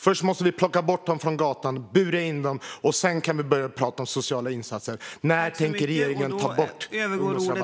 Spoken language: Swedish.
Först måste vi plocka bort dem från gatan, bura in dem, och sedan kan vi börja prata om sociala insatser. När tänker regeringen ta bort ungdomsrabatten?